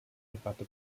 debatte